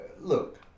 look